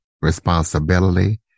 responsibility